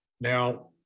now